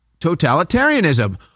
totalitarianism